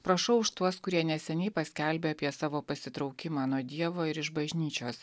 prašau už tuos kurie neseniai paskelbė apie savo pasitraukimą nuo dievo ir iš bažnyčios